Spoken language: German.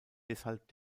deshalb